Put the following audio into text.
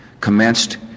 commenced